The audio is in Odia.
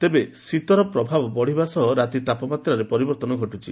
ତେବେ ଶୀତର ଭାବ ବଢିବା ସହ ରାତି ତାପମାତ୍ରାରେ ପରିବର୍ଭନ ଘଟୁଛି